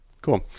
Cool